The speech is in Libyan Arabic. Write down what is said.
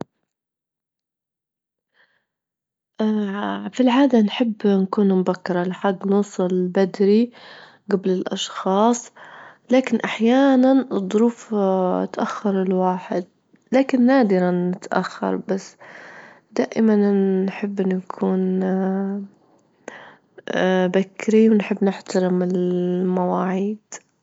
في العادة نحب نكون مبكرة لحد نوصل بدري جبل الأشخاص، لكن أحيانا الظروف تأخر الواحد، لكن نادرا نتأخر، بس دائما نحب نكون بكري ونحب نحترم المواعيد.